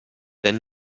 wenn